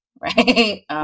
right